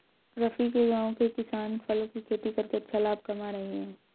रफी के गांव के किसान फलों की खेती करके अच्छा लाभ कमा रहे हैं